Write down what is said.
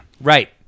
Right